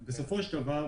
אבל בסופו של דבר,